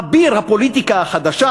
אביר הפוליטיקה החדשה,